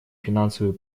финансовые